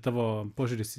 tavo požiūris